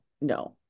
no